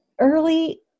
early